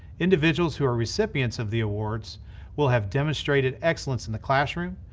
individuals who are recipients of the awards will have demonstrated excellence in the classroom,